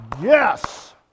yes